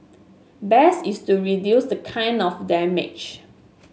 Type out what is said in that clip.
best is to reduce the kind of damage